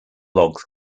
logs